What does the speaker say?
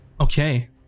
okay